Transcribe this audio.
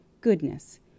Goodness